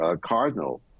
cardinal